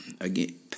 again